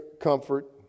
comfort